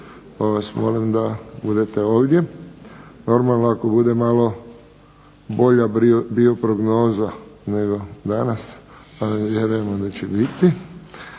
vas molim da budete ovdje. Normalno ako bude malo bolja bioprognoza nego danas, barem vjerujemo da će biti.